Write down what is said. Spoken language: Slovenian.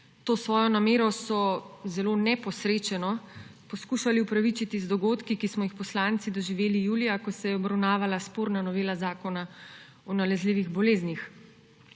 To svojo namero so zelo neposrečeno poskušali upravičiti z dogodki, ki smo jih poslanci doživeli julija, ko se je obravnavala sporna novela Zakona o nalezljivih boleznih.